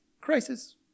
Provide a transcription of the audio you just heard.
Crisis